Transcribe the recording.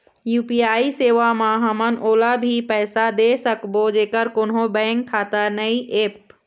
UPI सेवा म हमन ओला भी पैसा दे सकबो जेकर कोन्हो बैंक खाता नई ऐप?